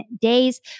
days